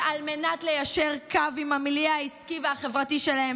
שעל מנת ליישר קו עם המיליה העסקי והחברתי שלהם,